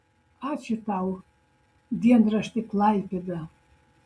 ačiū tau dienrašti klaipėda